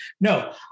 No